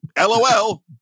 LOL